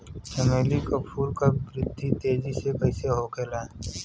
चमेली क फूल क वृद्धि तेजी से कईसे होखेला?